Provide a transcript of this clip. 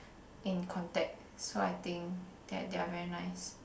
in contact so I think that they are very nice